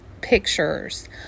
pictures